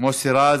מוסי רז,